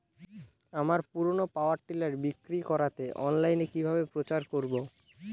আমার পুরনো power tiller বিক্রি করাতে অনলাইনে কিভাবে প্রচার করব?